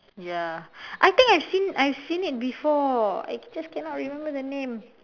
ya I think I seen I seen it before I just cannot remember the name